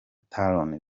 talon